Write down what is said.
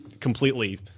completely